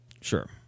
Sure